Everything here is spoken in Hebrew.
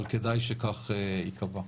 או הוועדה תקבע את זה, אבל כדאי שכך ייקבע.